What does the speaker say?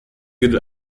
gilt